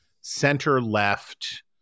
center-left